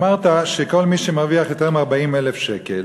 אמרת שכל מי שמרוויח יותר מ-40,000 שקל